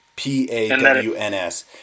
P-A-W-N-S